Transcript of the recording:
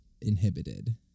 inhibited